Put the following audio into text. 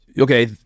Okay